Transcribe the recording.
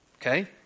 okay